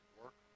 work